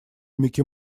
микки